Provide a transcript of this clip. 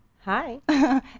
Hi